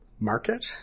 market